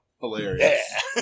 Hilarious